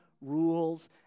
rules